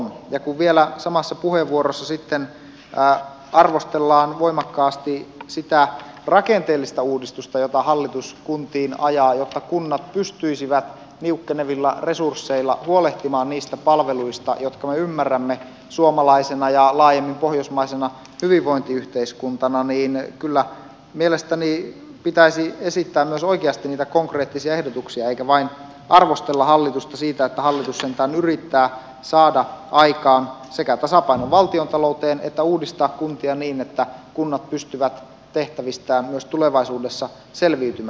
ja kun vielä samassa puheenvuorossa sitten arvostellaan voimakkaasti sitä rakenteellista uudistusta jota hallitus kuntiin ajaa jotta kunnat pystyisivät niukkenevilla resursseilla huolehtimaan niistä palveluista joiden me ymmärrämme kuuluvan suomalaiseen ja laajemmin pohjoismaiseen hyvinvointiyhteiskuntaan niin kyllä mielestäni pitäisi esittää myös oikeasti niitä konkreettisia ehdotuksia eikä vain arvostella hallitusta siitä että hallitus sentään yrittää sekä saada aikaan tasapainon valtiontalouteen että uudistaa kuntia niin että kunnat pystyvät tehtävistään myös tulevaisuudessa selviytymään